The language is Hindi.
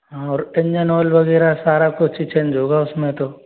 हाँ और इंजन ऑयल वगैरह सारा कुछ चेंज होगा उसमें तो